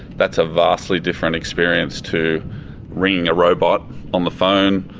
that's a vastly different experience to ringing a robot on the phone.